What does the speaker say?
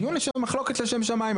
דיון שהוא מחלוקת לשם שמים,